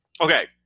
Okay